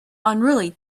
unruly